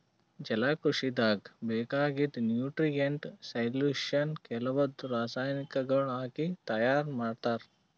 ಜಲಕೃಷಿದಾಗ್ ಬೇಕಾಗಿದ್ದ್ nutrient solution ಕೆಲವಂದ್ ರಾಸಾಯನಿಕಗೊಳ್ ಹಾಕಿ ತೈಯಾರ್ ಮಾಡ್ತರ್